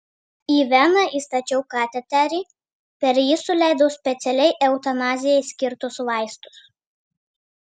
į veną įstačiau kateterį per jį suleidau specialiai eutanazijai skirtus vaistus